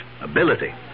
ability